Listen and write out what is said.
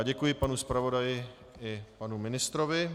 Děkuji panu zpravodaji i panu ministrovi.